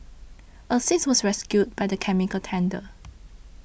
a sixth was rescued by the chemical tanker